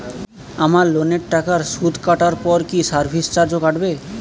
আমার লোনের টাকার সুদ কাটারপর কি সার্ভিস চার্জও কাটবে?